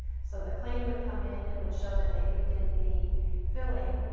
so the claim would come in, it would show that they redid the filling,